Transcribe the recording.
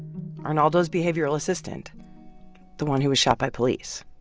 arnaldo's behavioral assistant the one who was shot by police.